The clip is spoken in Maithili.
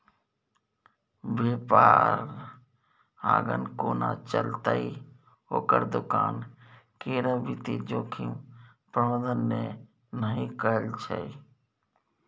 बेपार आगाँ कोना चलतै ओकर दोकान केर वित्तीय जोखिम प्रबंधने नहि कएल छै